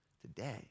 today